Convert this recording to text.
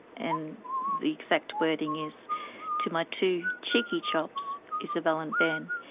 and the exact wording is to my two cheeky-chops, isabel and ben,